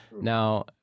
Now